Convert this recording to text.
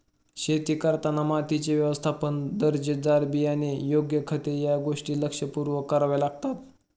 शेती करताना मातीचे व्यवस्थापन, दर्जेदार बियाणे, योग्य खते या गोष्टी लक्षपूर्वक कराव्या लागतात